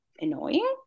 annoying